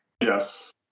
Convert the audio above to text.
Yes